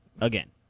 again